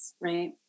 right